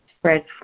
spread